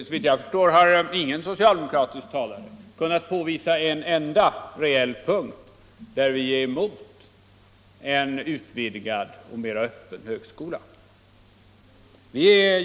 Såvitt jag förstår har ingen socialdemokratisk talare kunnat påvisa en enda reell punkt, där vi är emot en utvidgad och mer öppen högskola.